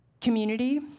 community